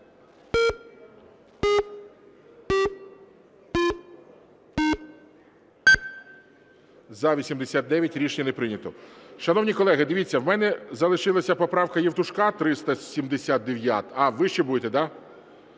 За-89 Рішення не прийнято. Шановні колеги, дивіться, в мене залишилася поправка Євтушка, 379-а. А, ви ще будете, да?